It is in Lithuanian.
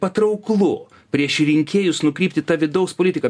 patrauklu prieš rinkėjus nukrypt į tą vidaus politiką